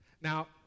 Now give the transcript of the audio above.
Now